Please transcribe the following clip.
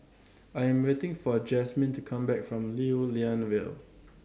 I Am waiting For Jasmin to Come Back from Lew Lian Vale